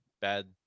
bad